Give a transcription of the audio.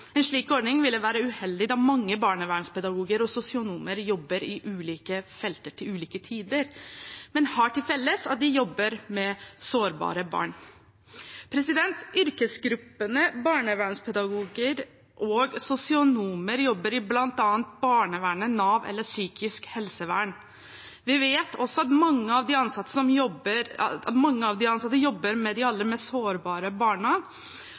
En slik ordning ville være uheldig, da mange barnevernspedagoger og sosionomer jobber i ulike felter til ulike tider, men har til felles at de jobber med sårbare barn. Yrkesgruppene barnevernspedagoger og sosionomer jobber i bl.a. barnevernet, Nav eller psykisk helsevern. Vi vet også at mange av de ansatte jobber med de aller mest sårbare barna, og de er selv sårbare yrkesgrupper med